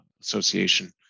association